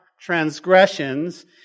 transgressions